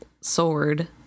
sword